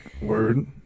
Word